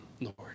Lord